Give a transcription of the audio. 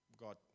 God